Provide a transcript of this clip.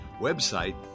Website